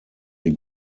die